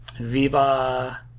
Viva